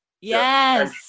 Yes